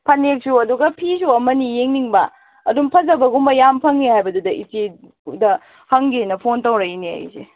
ꯐꯅꯦꯛꯁꯨ ꯑꯗꯨꯒ ꯐꯤꯁꯨ ꯑꯃꯅꯤ ꯌꯦꯡꯅꯤꯡꯕ ꯑꯗꯨꯝ ꯐꯖꯕꯒꯨꯝꯕ ꯌꯥꯝ ꯐꯪꯉꯦ ꯍꯥꯏꯕꯗꯨꯗ ꯏꯆꯦ ꯗ ꯍꯪꯒꯦꯅ ꯐꯣꯟ ꯇꯧꯔꯛꯏꯅꯦ ꯑꯩꯁꯦ